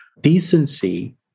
decency